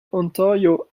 ontario